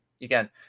again